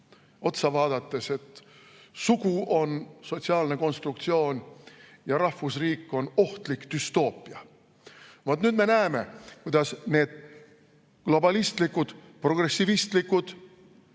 otsa vaadates, et sugu on sotsiaalne konstruktsioon ja rahvusriik on ohtlik düstoopia. Vaat, nüüd me näeme, kuidas need globalistlikud, progressivistlikud